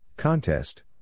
Contest